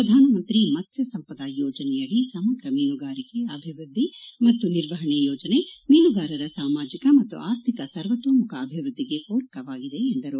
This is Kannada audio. ಪ್ರಧಾನಮಂತ್ರಿ ಮತ್ತ್ವಸಂಪದ ಯೋಜನೆಯಡಿ ಸಮಗ್ರ ಮೀನುಗಾರಿಕೆ ಅಭಿವೃದ್ಧಿ ಮತ್ತು ನಿರ್ವಹಣೆ ಯೋಜನೆ ಮೀನುಗಾರರ ಸಾಮಾಜಕ ಮತ್ತು ಆರ್ಥಿಕ ಸರ್ವತೋಮುಖ ಅಭಿವೃದ್ಧಿಗೆ ಪೂರಕವಾಗಿದೆ ಎಂದರು